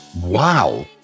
Wow